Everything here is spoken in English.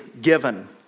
given